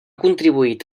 contribuït